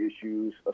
issues